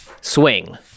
swing